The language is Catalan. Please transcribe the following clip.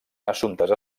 assumptes